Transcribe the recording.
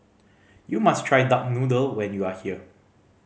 you must try duck noodle when you are here